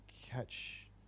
catch